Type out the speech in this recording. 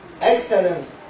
excellence